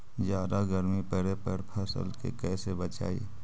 जादा गर्मी पड़े पर फसल के कैसे बचाई?